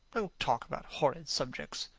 don't talk about horrid subjects.